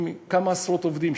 עם כמה עשרות עובדים,